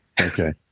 okay